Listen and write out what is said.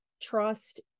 trust